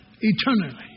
eternally